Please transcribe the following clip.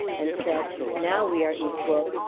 and said, now we are equal.